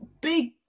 big